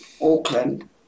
Auckland